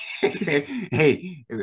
Hey